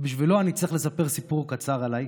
ובשבילו אני צריך לספר סיפור קצר עליי,